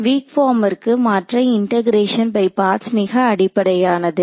week பார்ம்க்கு மாற்ற integration by parts மிக அடிப்படையானது